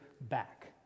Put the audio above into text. back